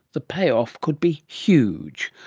the payoff could be huge.